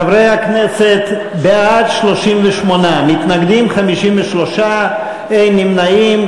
חברי הכנסת, בעד, 38, מתנגדים, 53, אין נמנעים.